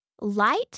light